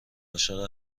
عاشق